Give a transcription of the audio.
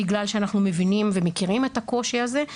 בגלל שאנחנו מבינים ומכירים את הקושי הזה,